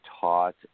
taught